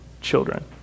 children